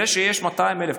זה שיש 200,000,